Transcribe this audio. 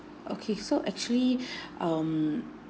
okay so actually um